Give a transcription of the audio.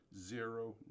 Zero